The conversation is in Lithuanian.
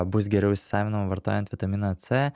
bus geriau įsisavinama vartojant vitaminą c